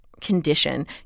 condition